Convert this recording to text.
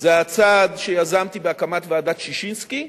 זה הצעד שיזמתי בהקמת ועדת-ששינסקי,